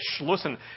Listen